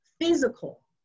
physical